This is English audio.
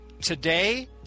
Today